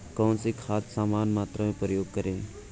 कौन सी खाद समान मात्रा में प्रयोग करें?